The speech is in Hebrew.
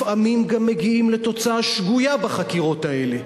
לפעמים גם מגיעים לתוצאה שגויה בחקירות האלה,